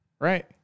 right